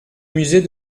musée